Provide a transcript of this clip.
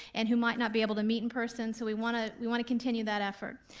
and who might not be able to meet in person, so we wanna we wanna continue that effort.